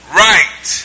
right